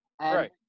Right